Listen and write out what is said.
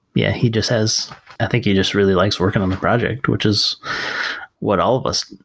yeah, he just has i think he just really likes working on the project, which is what all of us,